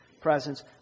presence